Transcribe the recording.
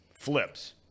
Flip's